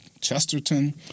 Chesterton